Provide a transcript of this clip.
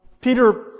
Peter